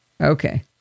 Okay